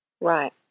Right